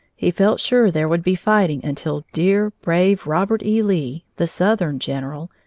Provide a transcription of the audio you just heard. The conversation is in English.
he felt sure there would be fighting until dear, brave robert e. lee, the southern general,